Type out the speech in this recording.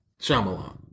Shyamalan